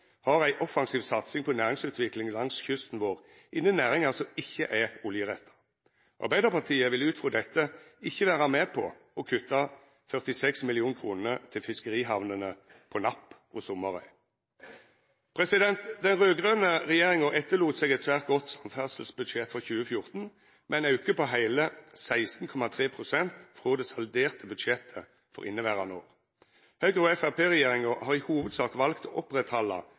har ei offensiv satsing på næringsutvikling langs kysten vår innan næringar som ikkje er oljeretta. Arbeidarpartiet vil ut ifrå dette ikkje vera med på å kutta 46 mill. kr til fiskerihamnene på Napp og Sommarøy. Den raud-grøne regjeringa lét etter seg eit svært godt samferdselsbudsjett for 2014, med ein auke på heile 16,3 pst. frå det salderte budsjettet for inneverande år. Høgre–Framstegsparti-regjeringa har i hovudsak valt å oppretthalda